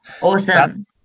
Awesome